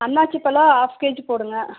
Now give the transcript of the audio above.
அன்னாசி பழம் half kg போடுங்கள்